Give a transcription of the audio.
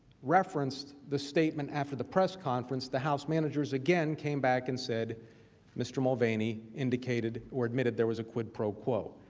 referenced the statement after the press conference, the house managers again came back and said mr. mulvaney indicated or admitted there was a quid pro quo.